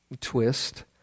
twist